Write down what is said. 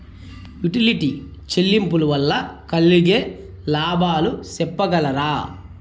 Utility చెల్లింపులు వల్ల కలిగే లాభాలు సెప్పగలరా?